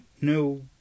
No